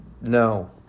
No